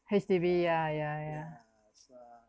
H_D_B yeah yeah yeah